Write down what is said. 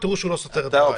תראו שהוא לא סותר את דבריי.